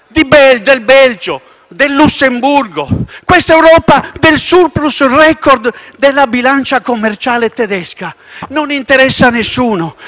Belgio e Lussemburgo, questa Europa del *surplus* *record* della bilancia commerciale tedesca, non interessa a nessuno.